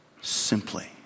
simply